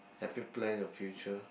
have you plan your future